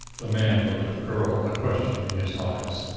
the man looked at the girl, a question in his eyes.